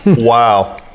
wow